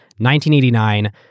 1989